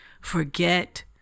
forget